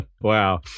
wow